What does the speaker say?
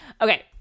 Okay